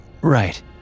Right